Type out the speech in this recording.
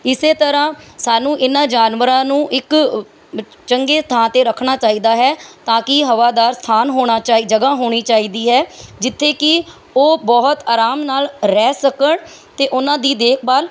ਇਸ ਤਰ੍ਹਾਂ ਸਾਨੂੰ ਇਹਨਾਂ ਜਾਨਵਰਾਂ ਨੂੰ ਇੱਕ ਬਚ ਚੰਗੇ ਥਾਂ 'ਤੇ ਰੱਖਣਾ ਚਾਹੀਦਾ ਹੈ ਤਾਂ ਕਿ ਹਵਾਦਾਰ ਸਥਾਨ ਹੋਣਾ ਚਾਹੀ ਜਗ੍ਹਾ ਹੋਣੀ ਚਾਹੀਦੀ ਹੈ ਜਿੱਥੇ ਕਿ ਉਹ ਬਹੁਤ ਆਰਾਮ ਨਾਲ ਰਹਿ ਸਕਣ ਅਤੇ ਉਹਨਾਂ ਦੀ ਦੇਖ ਭਾਲ